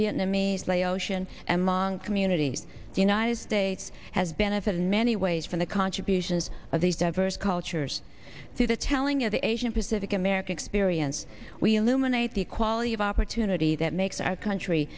vietnamese laotian and long community the united states has benefit in many ways from the contributions of these diverse cultures through the telling of the asian pacific american experience we eliminate the equality of opportunity that makes our country